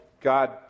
God